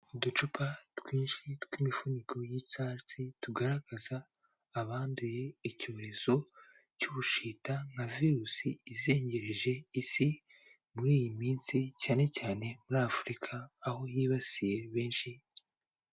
Uducupa twinshi tw'imifuniko y'icyatsi, tugaragaza abanduye icyorezo cy'ubushita nka virusi izengereje Isi muri iyi minsi cyane cyane muri Afurika, aho yibasiye benshi.